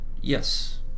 yes